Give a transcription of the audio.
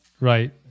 right